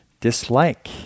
Dislike